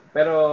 Pero